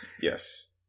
Yes